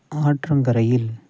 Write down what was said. ஆற்றங்கறையில்